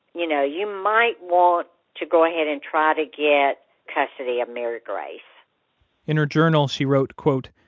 you know you might want to go ahead and try to get custody of mary grace in her journal she wrote, quote,